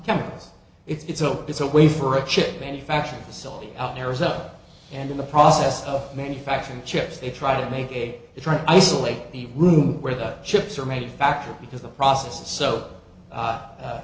chemicals it's a it's a way for a chip manufacturing facility out errors up and in the process of manufacturing chips they try to make a drug isolate the room where the chips are made factor because the process so